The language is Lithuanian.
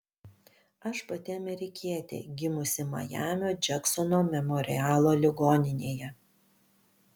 aš pati amerikietė gimusi majamio džeksono memorialo ligoninėje